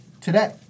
today